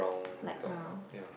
light brown